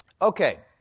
Okay